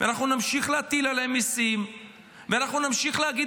ונמשיך להטיל עליהם מיסים ונמשיך להגיד